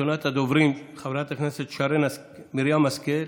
ראשונת הדוברים, חברת הכנסת שרן מרים השכל,